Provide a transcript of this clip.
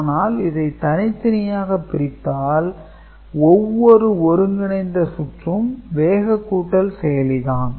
ஆனால் இதை தனித்தனியாக பிரித்தால் ஒவ்வொரு ஒருங்கிணைந்த சுற்றும் வேகக் கூட்டல் செயலிதான்